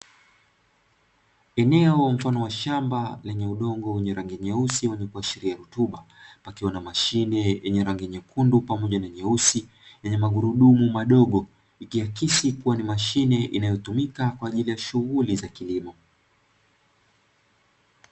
Eneo mfano wa shamba lenye udongo wenye rangi nyeusi wamekuashiria tuba wakiwa na mashine yenye rangi nyekundu pamoja na nyeusi yenye magurudumu madogo kupitia kesi kuwa ni mashine inayotumika kwa ajili ya shughuli za kilimo.